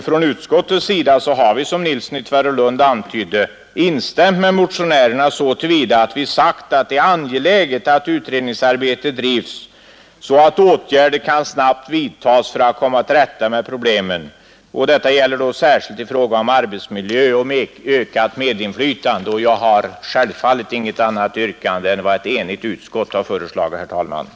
Från utskottets sida har vi, som herr Nilsson i Tvärålund antydde, instämt med motionärerna så till vida att vi anfört: ”Det är angeläget att utredningsarbetet drivs så att åtgärder kan snabbt vidtas för att komma till rätta med problemen. Särskilt gäller detta i frågan om arbetsmiljö och ökat medinflytande.” Herr talman! Jag har självfallet inget annat yrkande än det som gjorts av ett enigt utskott.